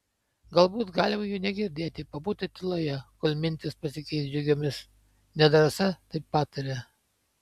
galbūt galima jų negirdėti pabūti tyloje kol mintys pasikeis džiugiomis nedrąsa taip patarė